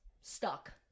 Stuck